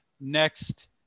next